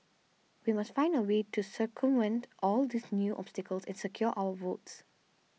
we must find a way to circumvent all these new obstacles and secure our votes